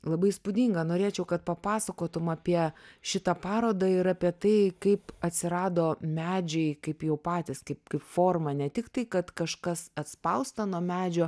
labai įspūdinga norėčiau kad papasakotum apie šitą parodą ir apie tai kaip atsirado medžiai kaip jau patys kaip kaip forma ne tik tai kad kažkas atspausta nuo medžio